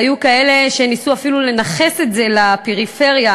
והיו כאלה שניסו אפילו לנכס את זה לפריפריה,